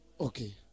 okay